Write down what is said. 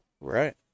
right